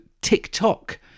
TikTok